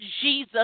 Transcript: Jesus